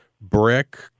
Brick